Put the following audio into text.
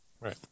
Right